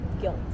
guilt